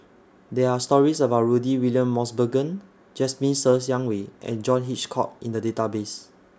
There Are stories about Rudy William Mosbergen Jasmine Ser Xiang Wei and John Hitchcock in The Database